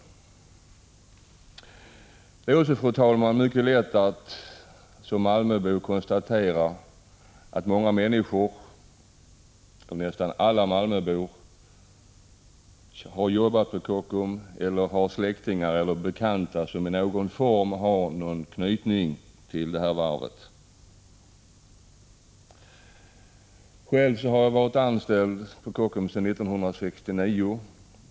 Som malmöbo är det mycket lätt att konstatera att många människor, ja, nästan alla i Malmö har jobbat vid Kockums eller har släktingar eller bekanta som på något sätt har anknytning till varvet. Själv har jag varit anställd på Kockums sedan 1969.